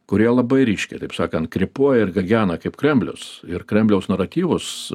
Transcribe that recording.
kurie labai ryškiai taip sakant krypuoja ir gagena kaip kremlius ir kremliaus naratyvus